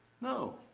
No